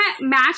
match